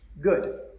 Good